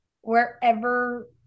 wherever –